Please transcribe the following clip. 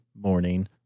morning